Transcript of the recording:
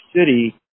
City